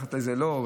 ומתחת לזה לא.